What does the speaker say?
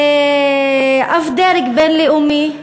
אף דרג בין-לאומי,